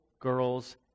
girls